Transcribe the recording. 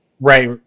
Right